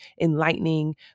enlightening